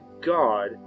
God